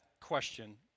question